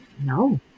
No